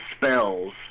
spells